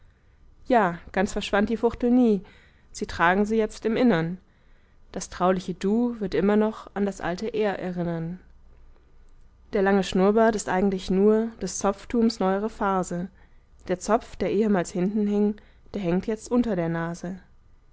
ja ganz verschwand die fuchtel nie sie tragen sie jetzt im innern das trauliche du wird immer noch an das alte er erinnern der lange schnurrbart ist eigentlich nur des zopftums neuere phase der zopf der ehmals hinten hing der hängt jetzt unter der nase